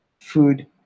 food